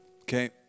Okay